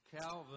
Calvin